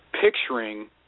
picturing